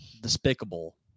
despicable